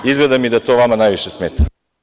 Izgleda mi da to vama najviše smeta.